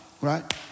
right